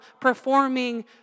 performing